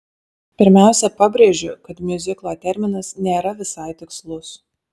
pirmiausia pabrėžiu kad miuziklo terminas nėra visai tikslus